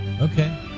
Okay